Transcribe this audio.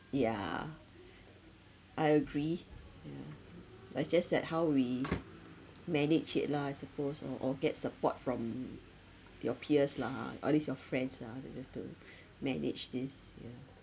yeah I agree yeah like just that how we manage it lah I suppose orh or get support from your peers lah ha or at least your friends lah to just to manage this you know